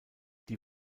die